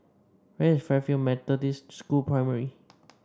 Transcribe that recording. where is Fairfield Methodist School Primary